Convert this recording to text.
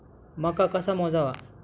मका कसा मोजावा?